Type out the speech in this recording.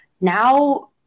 now